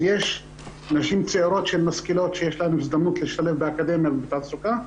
יש נשים צעירות משכילות שיש להן הזדמנות להשתלב באקדמיה ובתעסוקה,